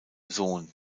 sohn